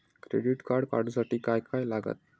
Credit card काढूसाठी काय काय लागत?